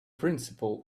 principle